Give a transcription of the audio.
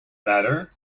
matter